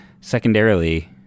Secondarily